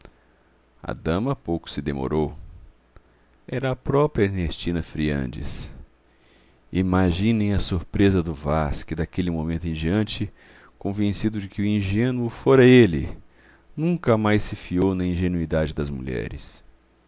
a dama pouco se demorou era a própria ernestina friandes imaginem a surpresa do vaz que daquele momento em diante convencido de que o ingênuo fora ele nunca mais se fiou na ingenuidade das mulheres